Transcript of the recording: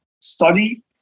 study